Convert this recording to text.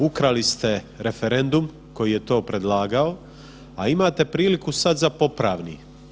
Ukrali ste referendum koji je to predlagao, a imate priliku sad za popravni.